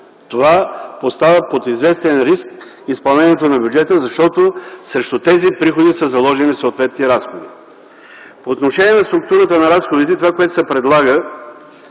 Това поставя под известен риск изпълнението на бюджета, защото срещу тези приходи са заложени съответни разходи. По отношение на структурата на разходите, 178 млн. лв. се предлагат